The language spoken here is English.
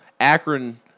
Akron